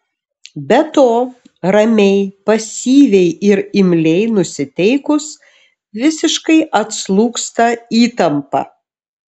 be to ramiai pasyviai ir imliai nusiteikus visiškai atslūgsta įtampa